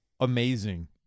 amazing